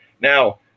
now